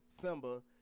Simba